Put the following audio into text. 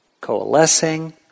coalescing